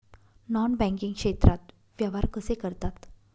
Non banking क्षेत्रात व्यवहार कसे करतात?